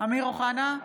אמיר אוחנה,